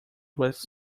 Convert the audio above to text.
was